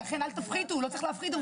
לכן אל תפחיתו, לא צריך להפחית.